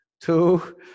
two